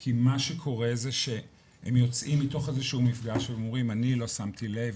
כי מה שקורה זה שהם יוצאים מתוך איזשהו מפגש ואומרים אני אל שמתי לב,